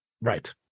Right